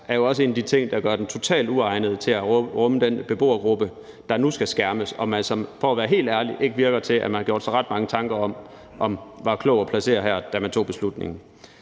er jo også en af de ting, der gør centeret totalt uegnet til at rumme den beboergruppe, der nu skal skærmes, og for at være helt ærlig virker det ikke til, at man har gjort sig ret mange tanker om, hvorvidt det var klogt at placere den gruppe her, da man tog beslutningen.